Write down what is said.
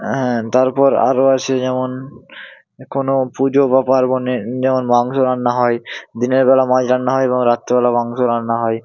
হ্যাঁ তারপর আরও আছে যেমন কোনও পুজো বা পার্বনে যেমন মাংস রান্না হয় দিনেরবেলা মাছ রান্না হয় এবং রাত্রিবেলা মাংস রান্না হয়